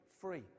free